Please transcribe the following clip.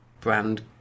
brand